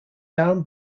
down